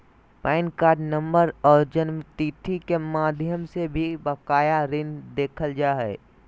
pan card नम्बर आर जन्मतिथि के माध्यम से भी बकाया ऋण देखल जा हय